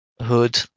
Hood